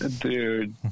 Dude